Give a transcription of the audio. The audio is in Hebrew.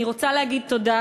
אני רוצה להגיד תודה,